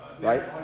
right